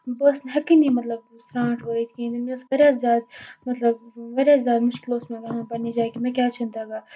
مطلب بہٕ ٲسٕس نہٕ ہیٚکٲنی مطلب سرانٹھ وٲیِتھ کہیٖنۍ تہِ نہٕ مےٚ اوس واریاہ زیادٕ مطلب واریاہ زیادٕ مُشکِل اوس مےٚ گژھان پَنٕنہِ جایہِ کہِ مےٚ کیازِ چھُنہٕ تَگان